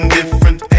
different